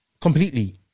completely